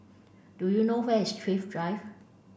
do you know where is Thrift Drive